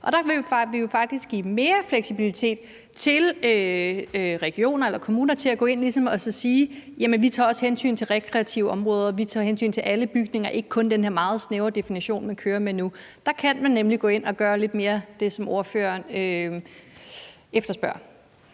Der vil vi jo faktisk give mere fleksibilitet til regioner eller kommuner, så de ligesom kan gå ind og sige, at de også tager hensyn til rekreative områder, og at de tager hensyn til alle bygninger, og at det ikke kun er den her meget snævre definition, man nu kører med. Og der kan man nemlig gå ind og gøre lidt mere af det, som ordføreren efterspørger.